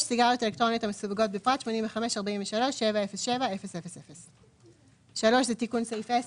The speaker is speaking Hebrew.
סיגריות אלקטרוניות המסווגות בפרט 85.43.70700". 3. בסעיף 10